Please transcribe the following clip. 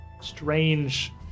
strange